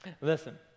Listen